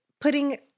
putting